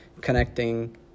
connecting